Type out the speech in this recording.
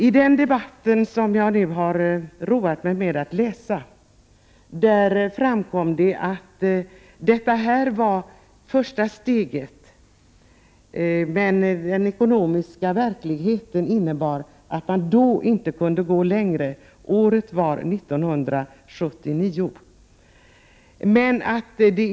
I den debatten, som jag nu har roat mig med att läsa, framkom det att detta var första steget, men den ekonomiska verkligheten innebar att man då inte kunde gå längre. Året var 1979.